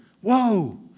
Whoa